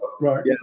Right